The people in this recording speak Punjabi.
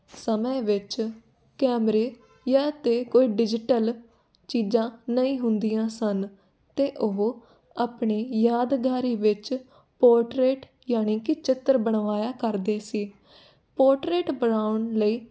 ਸਮੇਂ ਵਿੱਚ ਕੈਮਰੇ ਜਾਂ ਤਾਂ ਕੋਈ ਡਿਜੀਟਲ ਚੀਜ਼ਾਂ ਨਹੀਂ ਹੁੰਦੀਆਂ ਸਨ ਅਤੇ ਉਹ ਆਪਣੀ ਯਾਦਗਾਰੀ ਵਿੱਚ ਪੋਟਰੇਟ ਯਾਨੀ ਕਿ ਚਿੱਤਰ ਬਣਵਾਇਆ ਕਰਦੇ ਸੀ ਪੋਟਰੇਟ ਬਣਾਉਣ ਲਈ